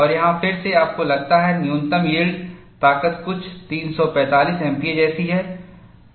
और यहां फिर से आपको लगता है न्यूनतम यील्ड ताकत कुछ 345 एमपीए जैसी है